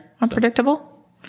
Unpredictable